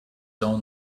own